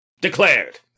Declared